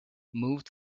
moved